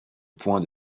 point